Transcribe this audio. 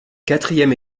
quatrième